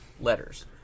letters